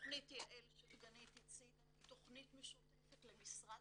תכנית יעל שדגנית הציגה היא תכנית משותפת למשרד